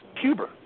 Cuba